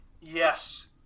yes